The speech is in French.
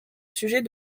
sujet